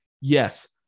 Yes